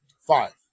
Five